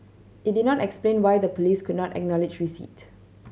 it did not explain why the police could not acknowledge receipt